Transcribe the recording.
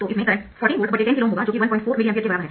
तो इसमें current 14 volt 10 KΩ होगा जो कि 14 mA के बराबर है